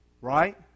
right